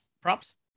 props